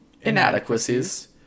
inadequacies